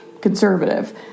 conservative